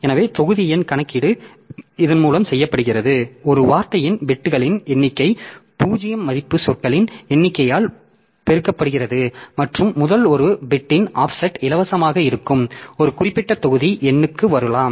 எனவே தொகுதி எண் கணக்கீடு இதன் மூலம் செய்யப்படுகிறது ஒரு வார்த்தையின் பிட்களின் எண்ணிக்கை 0 மதிப்பு சொற்களின் எண்ணிக்கையால் பெருக்கப்படுகிறது மற்றும் முதல் ஒரு பிட்டின் ஆஃப்செட் இலவசமாக இருக்கும் ஒரு குறிப்பிட்ட தொகுதி எண்ணுக்கு வரலாம்